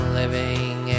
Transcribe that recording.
living